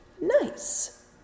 nice